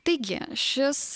taigi šis